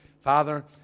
Father